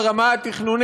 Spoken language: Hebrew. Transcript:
נחפש.